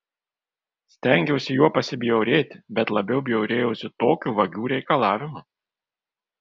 stengiausi juo pasibjaurėti bet labiau bjaurėjausi tokiu vagių reikalavimu